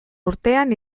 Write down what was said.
urtean